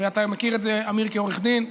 אתה מכיר את זה, אמיר, כעורך דין,